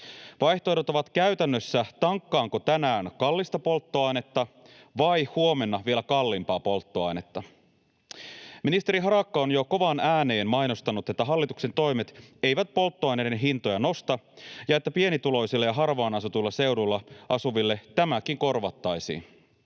Vaihtoehdot ovat käytännössä: tankkaanko tänään kallista polttoainetta vai huomenna vielä kalliimpaa polttoainetta. Ministeri Harakka on jo kovaan ääneen mainostanut, että hallituksen toimet eivät polttoaineiden hintoja nosta ja että pienituloisille ja harvaan asutuilla seuduilla asuville tämäkin korvattaisiin.